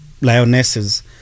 lionesses